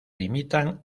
limitan